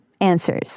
answers